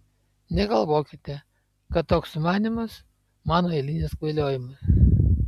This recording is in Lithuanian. negalvokite kad toks sumanymas mano eilinis kvailiojimas